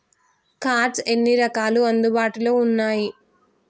Cards ఎన్ని రకాలు అందుబాటులో ఉన్నయి?